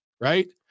right